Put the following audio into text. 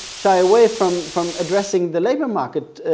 shy away from from addressing the labor market